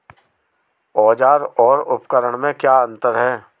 औज़ार और उपकरण में क्या अंतर है?